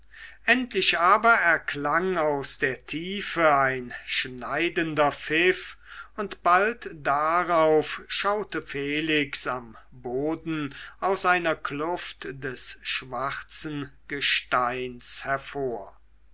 endlich aber erklang aus der tiefe ein schneidender pfiff und bald darauf schaute felix am boden aus einer kluft des schwarzen gesteines hervor